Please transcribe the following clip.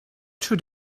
should